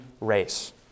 race